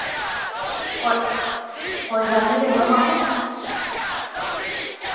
कोई कोई गल्ल निं लेलो माराज